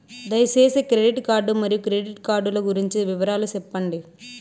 దయసేసి credit card మరియు credit card లు గురించి వివరాలు సెప్పండి?